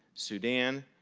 sudan,